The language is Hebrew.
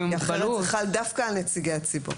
כי אחרת זה חל דווקא על נציגי הציבור.